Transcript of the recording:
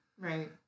Right